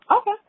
Okay